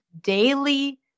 daily